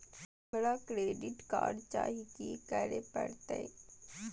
हमरा credit card चाही की करे परतै?